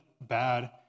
bad